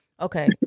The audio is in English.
Okay